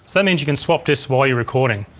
that means you can swap disks while you're recording.